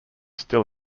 still